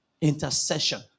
Intercession